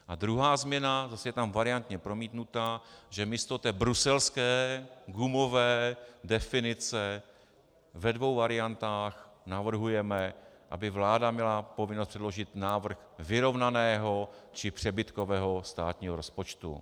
A druhá změna zase je tam variantně promítnutá, že místo té bruselské, gumové definice ve dvou variantách navrhujeme, aby vláda měla povinnost předložit návrh vyrovnaného či přebytkového státního rozpočtu.